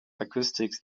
acoustics